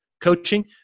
coaching